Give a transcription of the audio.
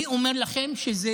אני אומר לכם שזה